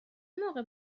موقع